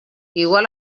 igual